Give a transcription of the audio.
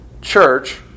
church